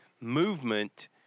movement